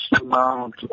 amount